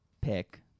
pick